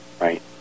Right